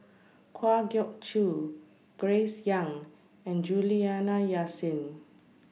Kwa Geok Choo Grace Young and Juliana Yasin